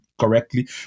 correctly